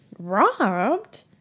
robbed